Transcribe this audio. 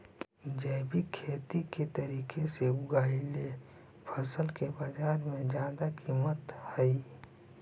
जैविक खेती के तरीका से उगाएल फसल के बाजार में जादा कीमत हई